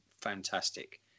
fantastic